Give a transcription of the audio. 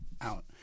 out